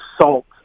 salt